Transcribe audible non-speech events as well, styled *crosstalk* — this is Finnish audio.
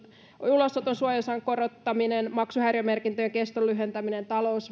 ulosoton suojaosan korottaminen maksuhäiriömerkintöjen keston lyhentäminen talous *unintelligible*